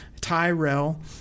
Tyrell